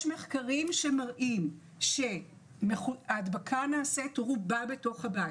יש מחקרים שמראים שההדבקה נעשית רובה בתוך הבית.